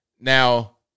Now